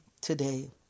today